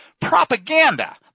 propaganda